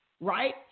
right